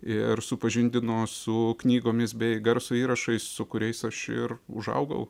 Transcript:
ir supažindino su knygomis bei garso įrašais su kuriais aš ir užaugau